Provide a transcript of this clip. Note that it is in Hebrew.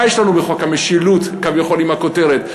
מה יש לנו בחוק המשילות, כביכול, עם הכותרת?